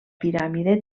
piràmide